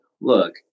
look